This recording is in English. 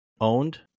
owned